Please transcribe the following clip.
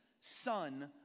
son